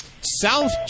South